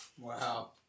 Wow